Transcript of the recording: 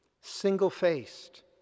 single-faced